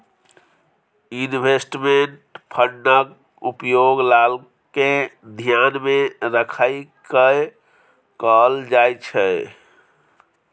investment फंडक उपयोग लाभ केँ धियान मे राइख कय कअल जाइ छै